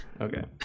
okay